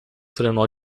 trenó